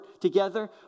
together